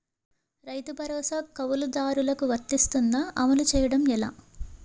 రైతు భరోసా కవులుదారులకు వర్తిస్తుందా? అమలు చేయడం ఎలా